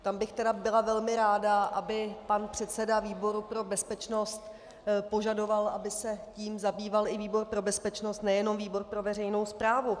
Tam bych tedy byla velmi ráda, aby pan předseda výboru pro bezpečnost požadoval, aby se tím zabýval i výbor pro bezpečnost, nejenom výbor pro veřejnou správu.